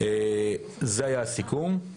זה היה הסיכום.